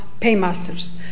paymasters